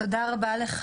כל חברה שנותנת כל